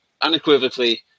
unequivocally